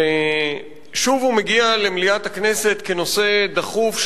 ושוב הוא מגיע למליאת הכנסת כנושא דחוף,